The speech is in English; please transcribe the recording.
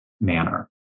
manner